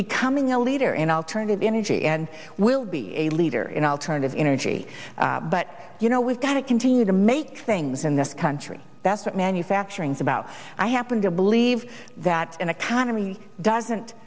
becoming a leader in alternative energy and will be a leader in alternative energy but you know we've got to continue to make things in this country that's what manufacturing is about i happen to believe that in a can we doesn't